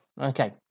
Okay